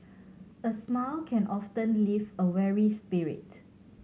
a smile can often lift a weary spirit